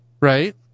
right